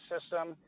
system